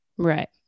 Right